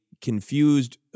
confused